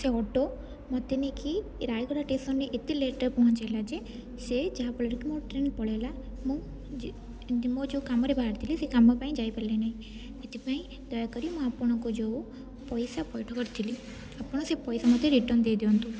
ସେ ଅଟୋ ମୋତେ ନେଇକି ରାୟଗଡ଼ା ଷ୍ଟେସନ୍ରେ ଏତେ ଲେଟ୍ରେ ପହଞ୍ଚେଇଲା ଯେ ସେ ଯାହାଫଳରେ କି ମୋ ଟ୍ରେନ୍ ପଳେଇଲା ମୁଁ ଏନ୍ତି ମୋ ଯେଉଁ କାମରେ ବାହାରିଥିଲି ସେ କାମ ପାଇଁ ଯାଇ ପାରିଲିନି ଏଥିପାଇଁ ଦୟାକରି ମୁଁ ଆପଣଙ୍କୁ ଯେଉଁ ପଇସା ପୈଠ କରିଥିଲି ଆପଣ ସେ ପଇସା ମୋତେ ରିଟର୍ନ ଦେଇ ଦିଅନ୍ତୁ